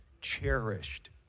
cherished